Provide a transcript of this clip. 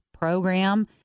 program